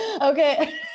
Okay